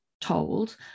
told